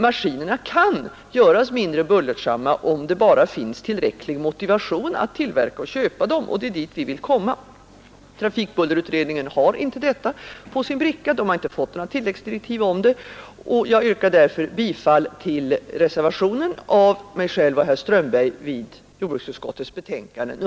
Maskinerna kan också göras mindre bullersamma, om det bara finns tillräcklig motiva tion att tillverka och köpa sådana maskiner, och det är dit vi vill komma. Trafikbullerutredningen har inte detta på sin bricka — den har inte fått några tilläggsdirektiv om det. Jag yrkar därför bifall till reservationen